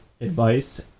advice